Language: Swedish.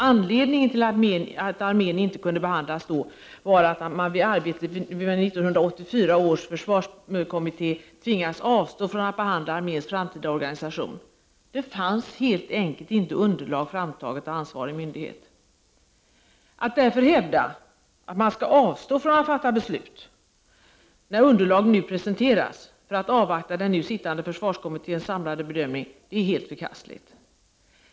Anledningen till att armén inte kunde behandlas då var att man vid arbetet i 1984 års försvarskommitté tvingats avstå från att behandla arméns framtida organisation — det fanns helt enkelt inte underlag framtaget av ansvarig myndighet. Att därför hävda att man skall avstå från att fatta beslut, när underlag nu presenteras, för att avvakta den nu sittande försvarskommitténs samlade bedömning är helt förkastligt.